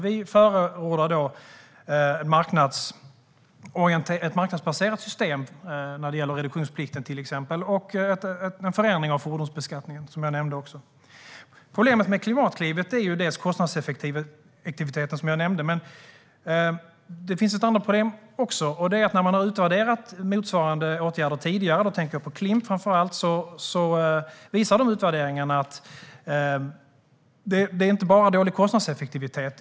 Vi förordar ett marknadsbaserat system när det gäller till exempel reduktionsplikten och en förändring av fordonsbeskattningen, som jag också nämnde. Problemet med Klimatklivet är som sagt kostnadseffektiviteten. Men det finns ett annat problem också. När man har utvärderat motsvarande åtgärder tidigare - jag tänker framför allt på Klimp - visar utvärderingarna att det inte bara är dålig kostnadseffektivitet.